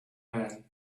man